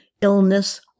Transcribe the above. illness